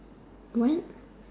what